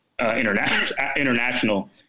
International